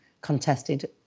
contested